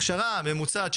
הכשרה ממוצעת,